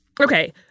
Okay